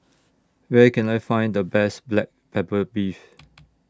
Where Can I Find The Best Black Pepper Beef